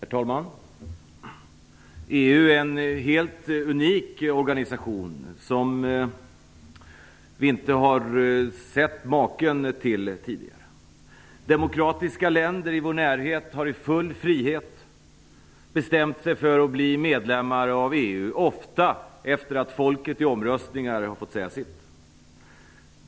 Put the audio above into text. Herr talman! EU är en helt unik organisation som vi inte har sett maken till tidigare. Demokratiska länder i vår närhet har i full frihet bestämt sig för att bli medlemmar av EU, ofta efter att folket i omröstningar har fått säga sitt.